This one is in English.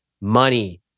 money